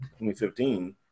2015